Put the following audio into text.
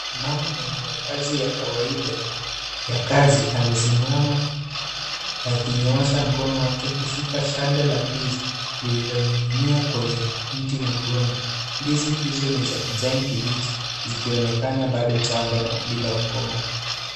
Mama mwenye mavazi ya kawaida ya kazi amesimama akinyoosha mkono wake kushika shada la ndizi iliyoninginia kwenye mti wa mgomba, ndizi hizo ni za kijani kibichi zikionekana bado changa na bila kukomaa.